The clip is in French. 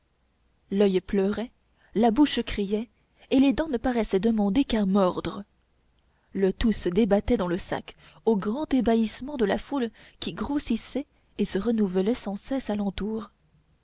l'oeil pleurait la bouche criait et les dents ne paraissaient demander qu'à mordre le tout se débattait dans le sac au grand ébahissement de la foule qui grossissait et se renouvelait sans cesse